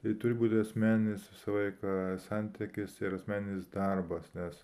tai turi būti asmeninis visą laiką santykis ir asmeninis darbas nes